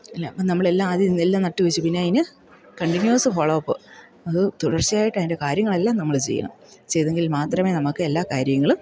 ഇല്ല നമ്മളെല്ലാം ആദ്യം എല്ലാം നട്ട് വെച്ച് പിന്നെ അതിന് കണ്ടിന്യൂസ് ഫോളോ അപ്പ് അത് തുടർച്ചയായിട്ടതിൻ്റെ കാര്യങ്ങളെല്ലാം നമ്മൾ ചെയ്യണം ചെയ്തെങ്കിൽ മാത്രമേ നമുക്കെല്ലാ കാര്യങ്ങളും